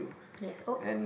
yes oh